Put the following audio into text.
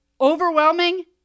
overwhelming